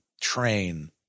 train